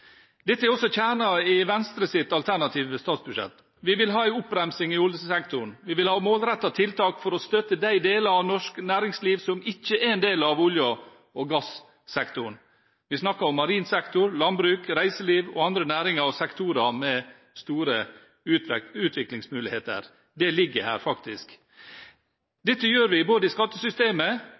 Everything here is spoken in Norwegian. Dette er også kjernen i Venstres alternative statsbudsjett. Vi vil ha en oppbremsing i oljesektoren. Vi vil ha målrettede tiltak for å støtte de deler av norsk næringsliv som ikke er en del av olje- og gassektoren. Vi snakker om marin sektor, landbruk, reiseliv og andre næringer og sektorer med store utviklingsmuligheter. Det ligger her faktisk. Dette gjør vi både i skattesystemet,